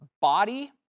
body